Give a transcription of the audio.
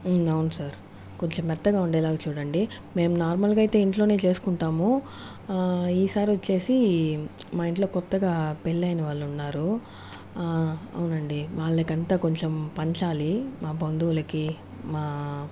అవును సార్ కొంచెం మెత్తగా ఉండేలాగా చూడండి మేము నార్మలగా అయితే ఇంట్లోనే చేసుకుంటాము ఈసారి వచ్చేసి మా ఇంట్లో కొత్తగా పెళ్ళయిన వాళ్ళు ఉన్నారు అవునండి వాళ్ళకంతా కొంచెం పంచాలి మా బంధువులకి మా